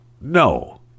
No